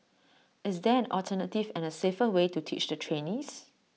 is there an alternative and A safer way to teach the trainees